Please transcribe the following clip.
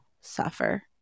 suffer